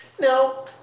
Now